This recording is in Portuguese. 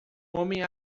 homem